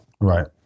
Right